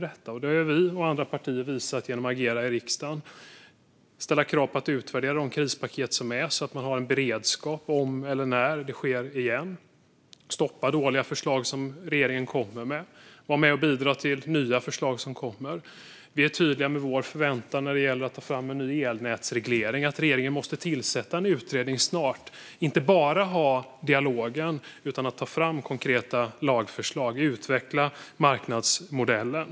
Vi och andra partier har visat detta genom att agera i riksdagen, ställa krav på att utvärdera de krispaket som finns så att man har en beredskap om eller när det krävs, stoppa dåliga förslag som regeringen kommer med och vara med och bidra till nya förslag som kommer. Vi är tydliga med vår förväntan när det gäller att ta fram en ny elnätsreglering och att regeringen måste tillsätta en utredning snart. Man måste inte bara ha en dialog utan också ta fram konkreta lagförslag och utveckla marknadsmodellen.